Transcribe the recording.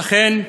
אכן,